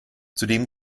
zudem